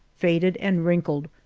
faded, and wrinkled,